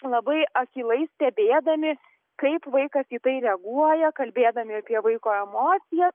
labai akylai stebėdami kaip vaikas į tai reaguoja kalbėdami apie vaiko emocijas